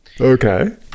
Okay